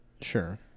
sure